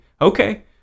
okay